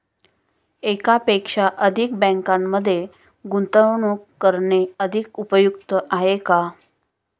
एकापेक्षा अधिक बँकांमध्ये गुंतवणूक करणे अधिक उपयुक्त आहे का?